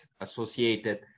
associated